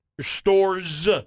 stores